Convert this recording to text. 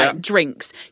drinks